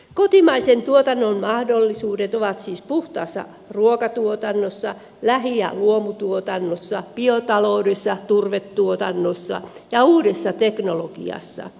kotimaisen tuotannon mahdollisuudet ovat siis puhtaassa ruokatuotannossa lähi ja luomutuotannossa biotaloudessa turvetuotannossa ja uudessa teknologiassa